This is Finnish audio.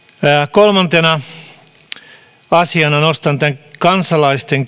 kolmantena asiana nostan kansalaisten